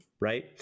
right